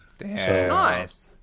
Nice